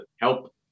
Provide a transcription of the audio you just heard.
help